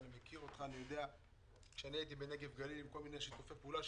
אני מכיר אותך עת אני הייתי בנגב גליל עם כל מיני שיתופי פעולה.